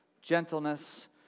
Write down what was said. gentleness